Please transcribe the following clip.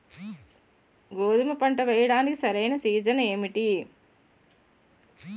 గోధుమపంట వేయడానికి సరైన సీజన్ ఏంటి?